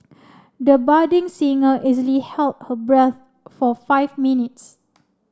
the budding singer easily held her breath for five minutes